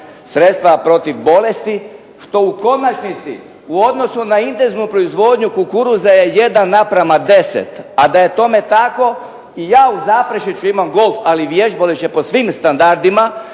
sredstva protiv bolesti što u konačnici u odnosu na ... proizvodnju kukuruza je 1:10. A da je tome tako, i ja u Zaprešiću imam golf ali vježbalište je po svim standardima.